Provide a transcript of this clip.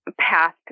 past